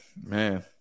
Man